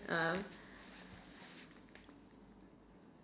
um